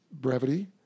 brevity